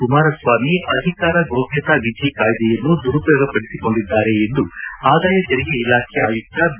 ಕುಮಾರಸ್ವಾಮಿ ಅಧಿಕಾರ ಗೌಪ್ಯತಾ ವಿಧಿ ಕಾಯ್ದೆಯನ್ನು ದುರುಪಯೋಗ ಪಡಿಸಿಕೊಂಡಿದ್ದಾರೆ ಎಂದು ಆದಾಯ ತೆರಿಗೆ ಇಲಾಖೆ ಆಯುಕ್ತ ಬಿ